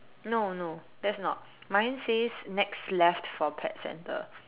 no no that's not mine says next left for pet centre